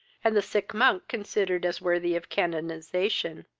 and the sick monk considered as worthy of canonization.